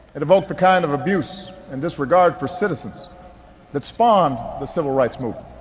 it evoked the kind of abuse and disregard for citizens that spawned the civil rights movement.